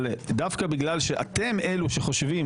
אבל דווקא בגלל שאתם אלה שחושבים,